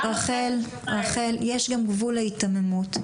רחל, יש גבול להיתממות.